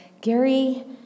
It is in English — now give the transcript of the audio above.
Gary